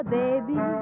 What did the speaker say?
baby